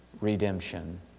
redemption